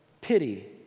pity